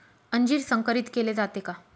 अंजीर संकरित केले जाते का?